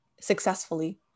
successfully